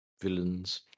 villains